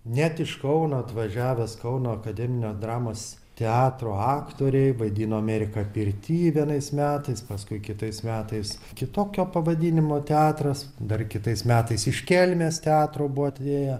net iš kauno atvažiavęs kauno akademinio dramos teatro aktoriai vaidino amerika pirty vienais metais paskui kitais metais kitokio pavadinimo teatras dar kitais metais iš kelmės teatro buvo atėję